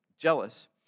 jealous